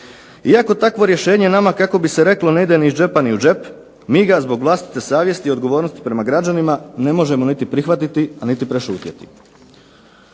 Iako takvo rješenje nama, kako bi se reklo, ne ide ni iz džepa ni u džep mi ga zbog vlastite savjesti i odgovornosti prema građanima ne možemo niti prihvatiti, a niti prešutjeti.